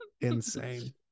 Insane